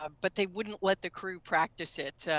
ah but they wouldn't let the crew practice it.